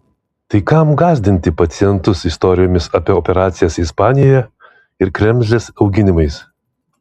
tai kam gąsdinti pacientus istorijomis apie operacijas ispanijoje ir kremzlės auginimais